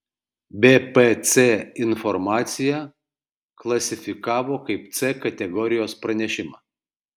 bpc informaciją klasifikavo kaip c kategorijos pranešimą